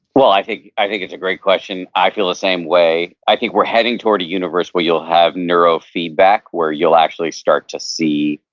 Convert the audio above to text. i think i think it's a great question i feel the same way. i think we're heading toward a universe where you'll have neuro feedback, where you'll actually start to see,